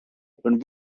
when